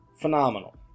phenomenal